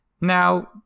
Now